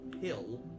hill